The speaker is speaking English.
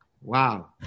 Wow